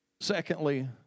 Secondly